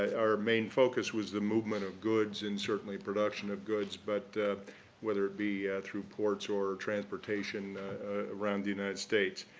our main focus was the movement of goods, and certainly production of goods, but whether it be through ports or transportation around the united states.